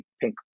pink